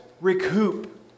recoup